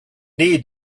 need